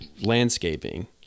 landscaping